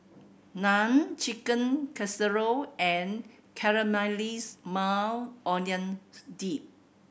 Naan Chicken Casserole and Caramelized Maui Onions Dip